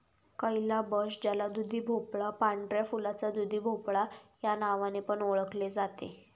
calabash ज्याला दुधीभोपळा, पांढऱ्या फुलाचा दुधीभोपळा या नावाने पण ओळखले जाते